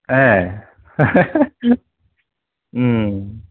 ए